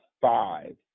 five